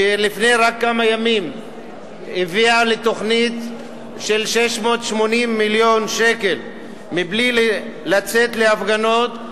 שרק לפני כמה ימים הביאה תוכנית של 680 מיליון שקל בלי לצאת להפגנות,